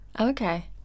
okay